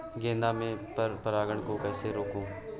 गेंदा में पर परागन को कैसे रोकुं?